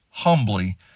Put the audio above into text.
humbly